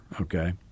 okay